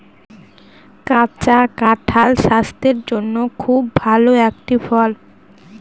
কাঁচা কাঁঠাল স্বাস্থের জন্যে খুব ভালো একটি ফল